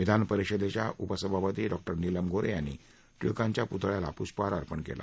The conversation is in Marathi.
विधानपरिषदेच्या उपसभापती निलम गो हे यांनी टिळकांच्या प्रतळ्याला प्रष्पहार अर्पण केला